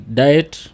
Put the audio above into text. diet